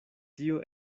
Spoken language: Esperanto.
tio